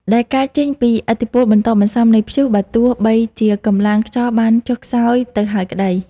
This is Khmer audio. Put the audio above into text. ដែលកើតចេញពីឥទ្ធិពលបន្ទាប់បន្សំនៃព្យុះ បើទោះបីជាកម្លាំងខ្យល់បានចុះខ្សោយទៅហើយក្ដី។